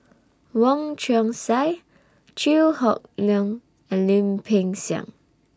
Wong Chong Sai Chew Hock Leong and Lim Peng Siang